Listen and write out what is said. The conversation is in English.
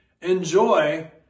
Enjoy